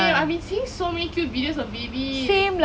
same I've been seeing so many cute videos of babies